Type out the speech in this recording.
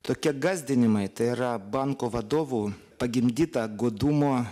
tokie gąsdinimai tai yra banko vadovų pagimdyta godumo